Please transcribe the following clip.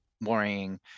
worrying